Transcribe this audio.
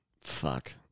fuck